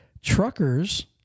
Truckers